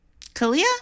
Kalia